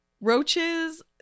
Roaches